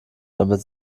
damit